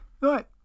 Right